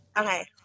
Okay